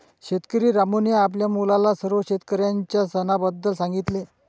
शेतकरी रामूने आपल्या मुलाला सर्व शेतकऱ्यांच्या सणाबद्दल सांगितले